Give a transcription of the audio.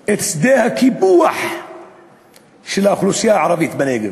את שדה הקיפוח של האוכלוסייה הערבית בנגב.